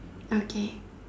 okay